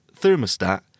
thermostat